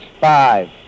Five